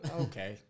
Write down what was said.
okay